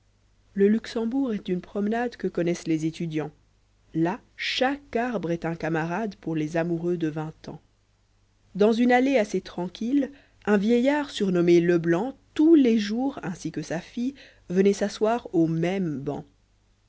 le luxembourg est une promenade que connaissent les étudiants là chaque arbre est un camarade pour les amoureux de vingt ans dans une allée assez tranquille un vieillard surnommé leblanc tous les jours ainsi que sa fille venait s'asseoir au même banc